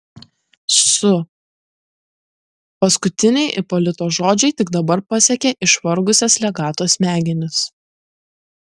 su paskutiniai ipolito žodžiai tik dabar pasiekė išvargusias legato smegenis